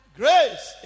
grace